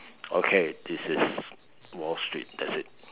okay this is wall street that's it